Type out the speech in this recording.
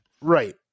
right